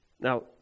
Now